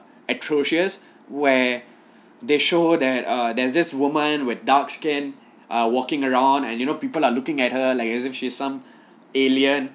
atrocious where they show that err there's this woman with dark skin ah walking around and you know people are looking at her like as if she is some alien